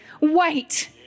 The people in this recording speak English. wait